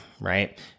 right